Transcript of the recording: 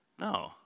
no